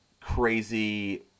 crazy